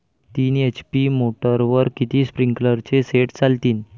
तीन एच.पी मोटरवर किती स्प्रिंकलरचे सेट चालतीन?